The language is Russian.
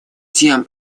тем